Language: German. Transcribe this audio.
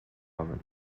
kommen